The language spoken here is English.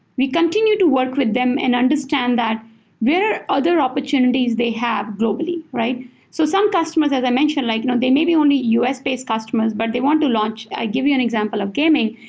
we continue to work with them and understand that where are other opportunities they have globally? so some customers, as i mentioned, like you know they maybe only us-based customers, but they want to launch i'll give you an example of gaming.